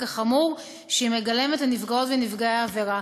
החמור שהיא מגלמת לנפגעות ונפגעי העברה.